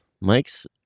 Mike's